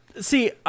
See